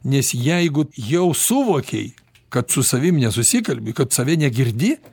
nes jeigu jau suvokei kad su savim nesusikalbi kad save negirdi